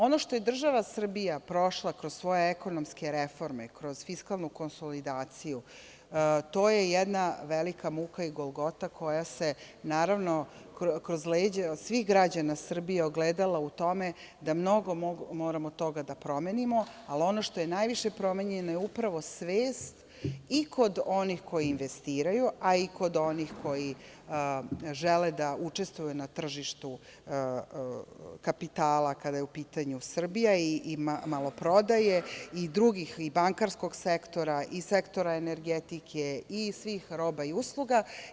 Ono što je država Srbija prošla kroz svoje ekonomske reforme, kroz fiskalnu konsolidaciju, to je jedna velika muka i golgota koja se, naravno, kroz leđa svih građana Srbije ogledala u tome da mnogo moramo toga da promenimo, ali ono što je najviše promenjeno je upravo svest i kod onih koji investiraju, a i kod onih koji žele da učestvuju na tržištu kapitala kada je u pitanju Srbija i maloprodaje i drugih, bankarskog sektora i sektora energetike i svih roba i usluga.